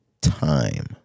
time